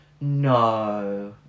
No